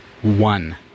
One